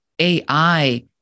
AI